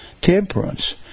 Temperance